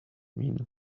mean